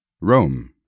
Rome